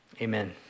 amen